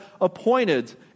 appointed